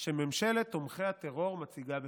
שממשלת תומכי הטרור מציגה בפנינו.